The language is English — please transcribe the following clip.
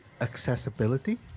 accessibility